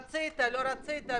רצית לא רצית,